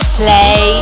play